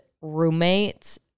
roommates